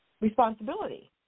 responsibility